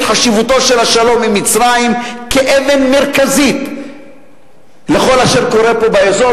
את חשיבותו של השלום עם מצרים כאבן מרכזית של כל אשר קורה פה באזור,